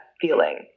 feeling